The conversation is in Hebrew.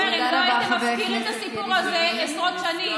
אם לא היית מפקיר את הסיפור הזה עשרות שנים.